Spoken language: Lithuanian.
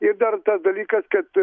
ir dar tas dalykas kad